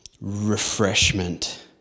refreshment